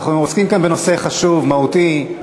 אנחנו עוסקים כאן בנושא חשוב, מהותי,